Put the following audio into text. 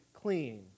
clean